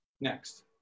Next